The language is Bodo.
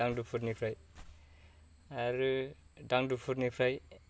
दांदुफुरनिफ्राय आरो दांदुफुरनिफ्राय